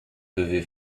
devait